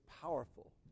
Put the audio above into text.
powerful